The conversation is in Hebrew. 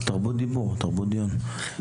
תרבות דיבור תרבות דיון,